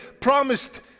promised